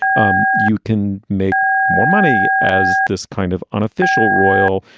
um you can make more money as this kind of unofficial royal.